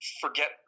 forget